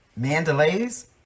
Mandalays